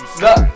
Look